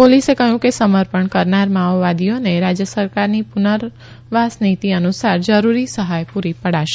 પોલીસે કહ્યું કે સમર્પણ કરનાર માઓવાદીઓને રાજય સરકારની પુનર્વાસ નીતી અનુસાર જરૂરી સહાય પુરી પાડશે